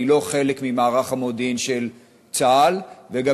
אני לא חלק ממערך המודיעין של צה"ל וגם